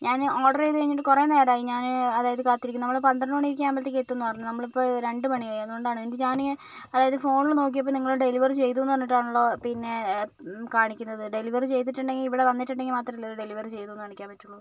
ഞാൻ ഓർഡർ ചെയ്ത് കഴിഞ്ഞിട്ട് കുറേ നേരമായി ഞാൻ അതായത് കാത്തിരിക്കുന്നു നമ്മുടെ പന്ത്രണ്ട് മണിയൊക്കെ ആകുമ്പോഴത്തേക്ക് എത്തുമെന്ന് പറഞ്ഞ് നമ്മളിപ്പോൾ രണ്ട് മണിയായി അതുകൊണ്ടാണ് എന്നിട്ട് ഞാൻ അതായത് ഫോണിൽ നോക്കിയപ്പം നിങ്ങൾ ഡെലിവറി ചെയ്തുവെന്ന് പറഞ്ഞിട്ടാണല്ലോ പിന്നേ കാണിക്കുന്നത് ഡെലിവറി ചെയ്തിട്ടുണ്ടെങ്കിൽ ഇവിടെ വന്നിട്ടുണ്ടെങ്കിൽ മാത്രമല്ല ഡെലിവറി ചെയ്തുവെന്ന് കാണിക്കാൻ പറ്റുകയുള്ളു